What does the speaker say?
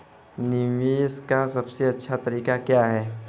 निवेश का सबसे अच्छा तरीका क्या है?